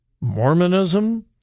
Mormonism